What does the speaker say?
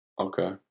Okay